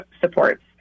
supports